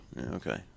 okay